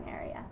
area